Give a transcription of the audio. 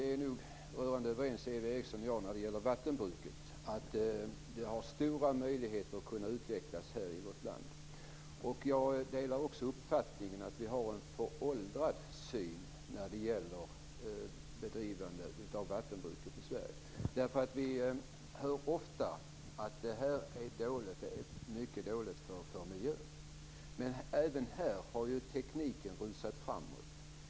Fru talman! Eva Eriksson och jag är nu rörande överens när det gäller vattenbruket. Det har stora möjligheter att utvecklas i vårt land. Jag delar också uppfattningen att vi har en föråldrad syn när det gäller bedrivandet av vattenbruk i Sverige. Vi hör ofta att detta är mycket dåligt för miljön. Men även här har tekniken rusat framåt.